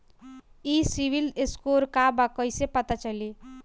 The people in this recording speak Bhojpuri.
ई सिविल स्कोर का बा कइसे पता चली?